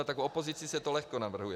Tak v opozici se to lehko navrhuje.